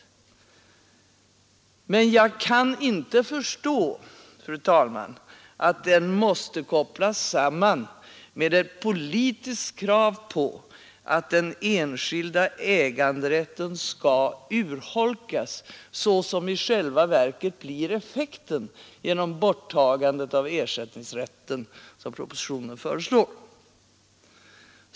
Jag kan inte förstå, fru talman, att denna fråga måste kopplas samman med ett politiskt krav på att den enskilda äganderätten skall urholkas, vilket i själva verket blir effekten genom borttagandet av ersättningsrätten enligt propositionens förslag.